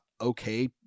okay